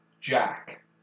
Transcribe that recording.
Jack